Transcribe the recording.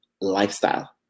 lifestyle